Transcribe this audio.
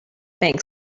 bank